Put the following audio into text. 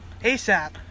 ASAP